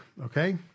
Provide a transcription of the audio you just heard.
okay